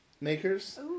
makers